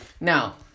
Now